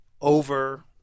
over